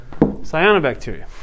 cyanobacteria